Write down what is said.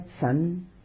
Sun